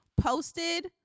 posted